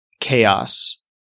chaos